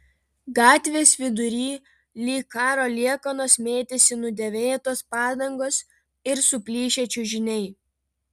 gatvės vidury lyg karo liekanos mėtėsi nudėvėtos padangos ir suplyšę čiužiniai